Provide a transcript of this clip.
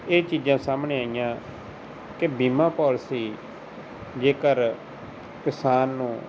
ਇਹ ਚੀਜ਼ਾਂ ਸਾਹਮਣੇ ਆਈਆਂ ਕਿ ਬੀਮਾ ਪੋਲਸੀ ਜੇਕਰ ਕਿਸਾਨ ਨੂੰ